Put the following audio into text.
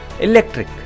electric